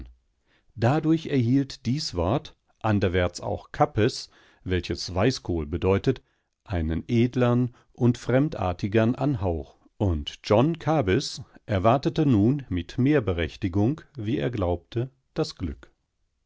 dadurch erhielt dies wort anderwärts auch kapes welches weißkohl bedeutet einen edleren und fremdartigern anhauch und john kabys erwartete nun mit mehr berechtigung wie er glaubte das glück